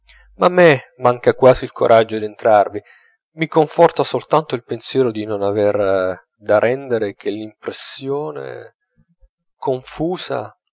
ma a me manca quasi il coraggio d'entrarvi mi conforta soltanto il pensiero di non aver da rendere che l'impressione confusa